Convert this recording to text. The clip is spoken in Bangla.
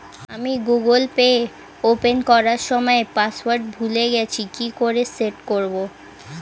আমি গুগোল পে ওপেন করার সময় পাসওয়ার্ড ভুলে গেছি কি করে সেট করব?